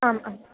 आम् आम्